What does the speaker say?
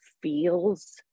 feels